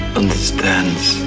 understands